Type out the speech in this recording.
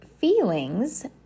feelings